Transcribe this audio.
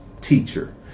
teacher